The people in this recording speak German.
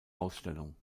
ausstellung